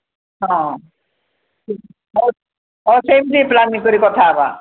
ହଁ ହଁ ସେମିତି ପ୍ଲାନିଂ କରି କଥା ହେବା